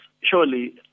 surely